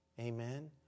Amen